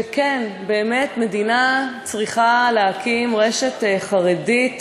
וכן, באמת, המדינה צריכה להקים רשת חרדית